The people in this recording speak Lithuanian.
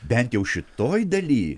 bent jau šitoj daly